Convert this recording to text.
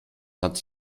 hat